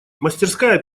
мастерская